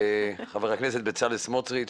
חבר הכנסת בצלאל סמוטריץ',